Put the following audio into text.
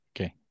Okay